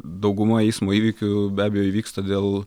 dauguma eismo įvykių be abejo įvyksta dėl